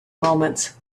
moments